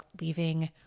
leaving